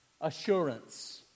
Assurance